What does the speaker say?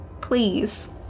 please